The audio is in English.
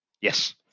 Yes